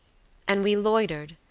and we loitered,